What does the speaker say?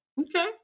Okay